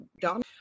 done